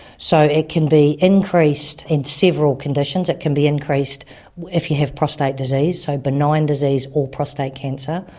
so it can be increased in several conditions. it can be increased if you have prostate disease, so benign disease or prostate cancer,